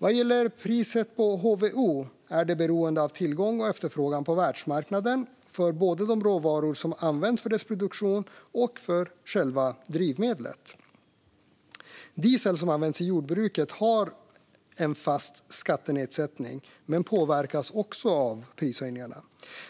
Vad gäller priset på HVO är det beroende av tillgång och efterfrågan på världsmarknaden för både de råvaror som används för dess produktion och själva drivmedlet. Diesel som används i jordbruket har en fast skattenedsättning men påverkas också av prishöjningarna.